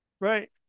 Right